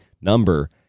number